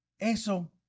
eso